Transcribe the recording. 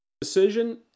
decision